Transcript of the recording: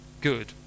good